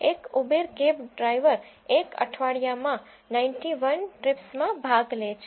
એક Uber cab driver એક અઠવાડિયામાં 91 ટ્રિપ્સમાં ભાગ લે છે